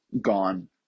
gone